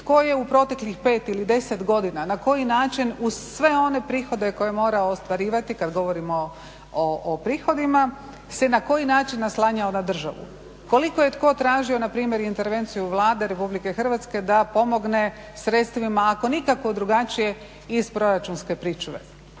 tko je u proteklih pet ili deset godina, na koji način uz sve one prihode koje je morao ostvarivati kad govorimo o prihodima, se na koji način naslanjao na državu, koliko je tko tražio npr. intervenciju Vlade RH da pomogne sredstvima ako nikako drugačije iz proračunske pričuve.